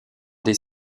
des